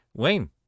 Wayne